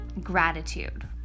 gratitude